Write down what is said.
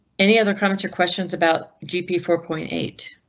any other comments or questions about gp four point eight?